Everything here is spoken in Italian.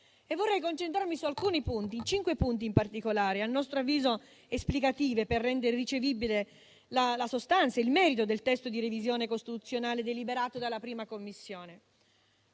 Vorrei concentrarmi su alcuni punti, cinque in particolare, a nostro avviso esplicativi per rendere irricevibile la sostanza e il merito del testo di revisione costituzionale deliberato dalla 1a Commissione.